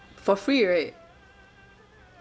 for free right